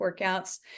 workouts